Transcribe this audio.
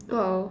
!wow!